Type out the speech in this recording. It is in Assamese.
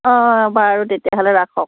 অঁ বাৰু তেতিয়া হ'লে ৰাখক